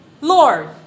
Lord